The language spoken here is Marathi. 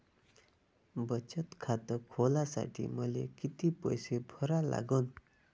बचत खात खोलासाठी मले किती पैसे भरा लागन?